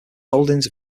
holdings